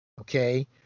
Okay